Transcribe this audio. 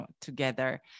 together